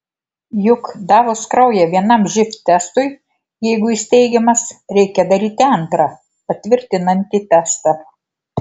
juk davus kraują vienam živ testui jeigu jis teigiamas reikia daryti antrą patvirtinantį testą